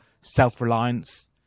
self-reliance